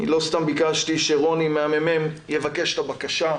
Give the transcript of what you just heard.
אני לא סתם ביקשתי שרוני מהממ"מ יבקש את הבקשה,